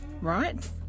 right